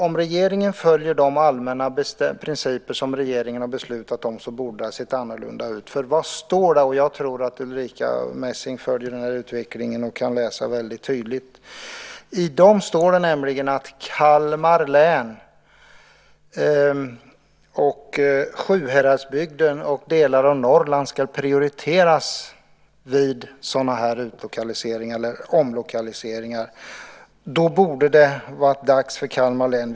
Om regeringen hade följt de allmänna principer som regeringen har beslutat om borde det ha sett annorlunda ut. Jag tror att Ulrica Messing följer utvecklingen och kan läsa tydligt. Där står att Kalmar län, Sjuhäradsbygden och delar av Norrland ska prioriteras vid ut och omlokaliseringar. Då borde det vid det här tillfället vara dags för Kalmar län.